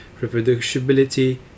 reproducibility